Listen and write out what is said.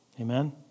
Amen